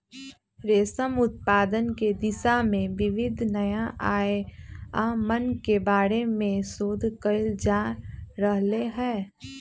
रेशम उत्पादन के दिशा में विविध नया आयामन के बारे में शोध कइल जा रहले है